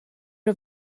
nhw